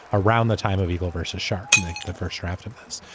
around the time of eagle versus shark like the first draft of this.